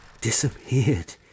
disappeared